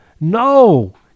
No